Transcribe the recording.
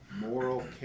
Moral